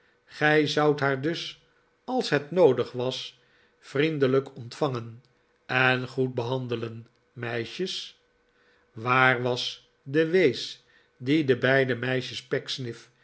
gij zoudt haar dus als het noodig was vriendelijk ontvangen en goed behandelen meisjes waar was de wees die de beide meisjes